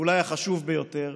ואולי החשוב ביותר,